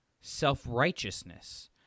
self-righteousness